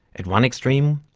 at one extreme,